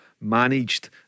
managed